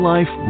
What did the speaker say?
Life